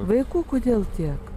vaikų kodėl tiek